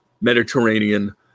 mediterranean